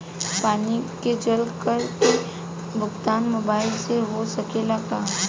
पानी के जल कर के भुगतान मोबाइल से हो सकेला का?